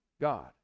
God